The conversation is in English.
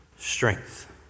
strength